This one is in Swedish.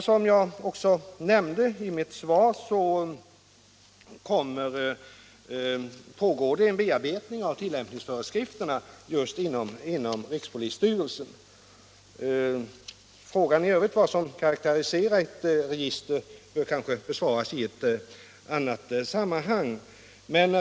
Som jag också nämnde i mitt svar pågår en bearbetning av tillämpningsföreskrifterna inom rikspolisstyrelsen. Frågan i övrigt, alltså vad som karakteriserar ett register, bör kanske besvaras i annat sammanhang.